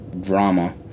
drama